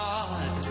God